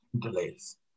delays